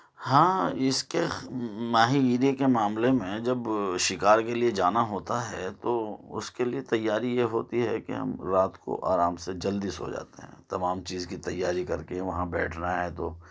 ہاں اس کے ماہی گیری کے معاملے میں جب شکار کے لئے جانا ہوتا ہے تو اس کے لئے تیاری یہ ہوتی ہے کہ ہم رات کو آرام سے جلدی سو جاتے ہیں تمام چیز کی تیاری کر کے وہاں بیٹھنا ہے تو